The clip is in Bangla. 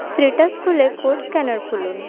খুলে কোড স্ক্যানার খুলুন